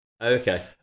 Okay